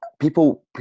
People